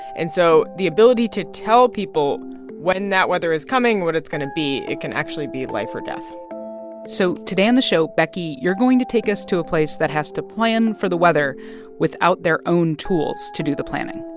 and so the ability to tell people when that weather is coming, what it's going to be, it can actually be life or death so today on the show, becky, you're going to take us to a place that has to plan for the weather without their own tools to do the planning